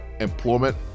employment